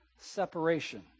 separation